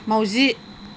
माउजि